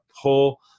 pull